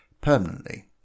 permanently